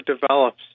develops